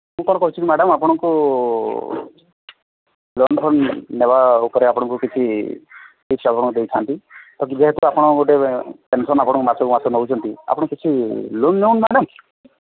ମୁଁ କ'ଣ କହୁଛି କି ମ୍ୟାଡ଼ାମ୍ ଆପଣଙ୍କୁ ଲୋନ୍ଫୋନ୍ ନବା ଉପରେ ଆପଣଙ୍କୁ କିଛି ଟିପ୍ସ୍ ଆପଣଙ୍କୁ ଦେଇଥାନ୍ତି ତ ଯେହେତୁ ଆପଣ ଗୋଟେ ପେନ୍ସନ୍ ଆପଣଙ୍କୁ ମାସକୁ ମାସ ନେଉଛନ୍ତି ଆପଣ କିଛି ଲୋନ୍ ନିଅନ୍ତୁ ମ୍ୟାଡ଼ାମ୍